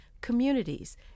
communities